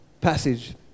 Passage